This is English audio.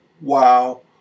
Wow